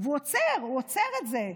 והוא עוצר, הוא עוצר את זה.